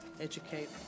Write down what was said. educate